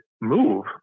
move